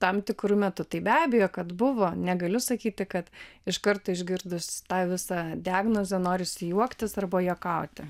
tam tikru metu tai be abejo kad buvo negaliu sakyti kad iškart išgirdus tą visą diagnozę norisi juoktis arba juokauti